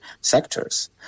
sectors